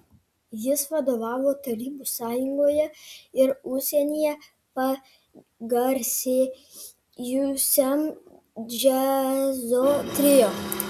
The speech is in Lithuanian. jis vadovavo tarybų sąjungoje ir užsienyje pagarsėjusiam džiazo trio